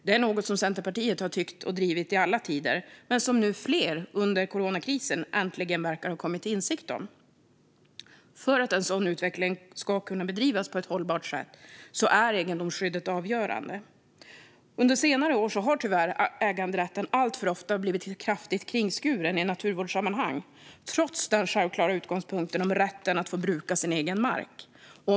Det är något som Centerpartiet har tyckt och drivit i alla tider och som nu under coronakrisen äntligen fler verkar ha kommit till insikt om. För att en sådan utveckling ska kunna drivas på ett hållbart sätt är egendomsskyddet avgörande. Under senare år har tyvärr äganderätten alltför ofta blivit kraftigt kringskuren i naturvårdssammanhang, trots den självklara utgångspunkt som rätten att få bruka sin egen mark utgör.